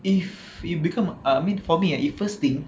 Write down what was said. if you become uh I mean for me ah first thing